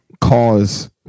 Cause